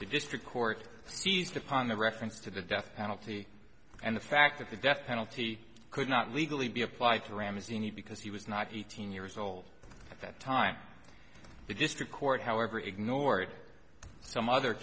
the district court seized upon the reference to the death penalty and the fact that the death penalty could not legally be applied to ram is unique because he was not eighteen years old at that time the district court however ignored some other